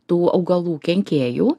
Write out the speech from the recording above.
tų augalų kenkėjų